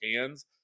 hands